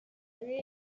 three